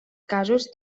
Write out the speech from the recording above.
casos